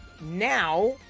now